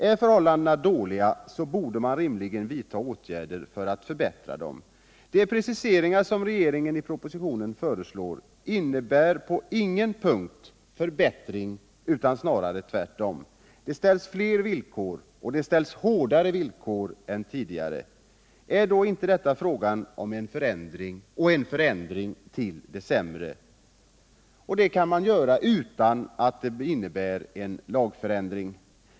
Är förhållandena dåliga, borde man rimligen vidta åtgärder för att förbättra dem. De ”preciseringar” som regeringen i propositionen föreslår innebär på ingen punkt förbättring utan snarare tvärtom. Det ställs fler villkor, och hårdare villkor, än tidigare. Är det då inte fråga om en förändring — och en förändring till det sämre — fast det inte behöver vara fråga om en lagändring?